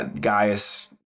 Gaius